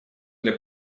для